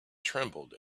trembled